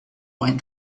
went